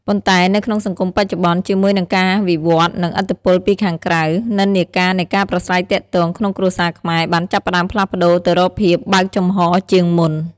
ប៉ុន្តែនៅក្នុងសង្គមបច្ចុប្បន្ន ជាមួយនឹងការវិវឌ្ឍន៍ និងឥទ្ធិពលពីខាងក្រៅ និន្នាការនៃការប្រាស្រ័យទាក់ទងក្នុងគ្រួសារខ្មែរបានចាប់ផ្ដើមផ្លាស់ប្តូរទៅរកភាព បើកចំហរ ជាងមុន។